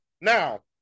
Now